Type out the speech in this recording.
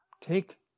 take